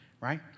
Right